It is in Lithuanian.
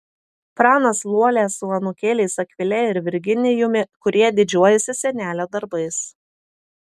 pranas liuolia su anūkėliais akvile ir virginijumi kurie didžiuojasi senelio darbais